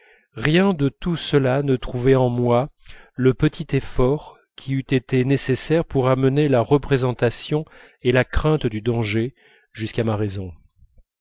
rien de tout cela ne trouvait en moi le petit effort qui eût été nécessaire pour amener la représentation et la crainte du danger jusqu'à ma raison